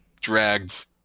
dragged